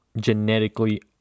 genetically